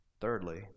Thirdly